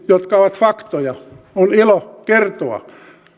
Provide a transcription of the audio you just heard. jotka ovat faktoja on ilo kertoa